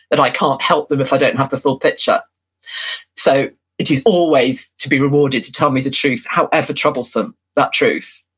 that i can't help them if i don't and have the full picture so it is always to be rewarded to tell me the truth, however troublesome that truth.